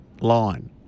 line